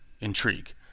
Intrigue